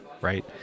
right